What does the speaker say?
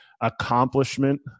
accomplishment